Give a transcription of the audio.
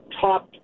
top